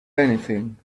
anything